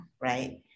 right